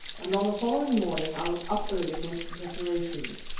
and on the following morning i was up early making preparations.